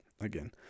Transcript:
Again